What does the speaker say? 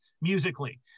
musically